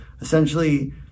essentially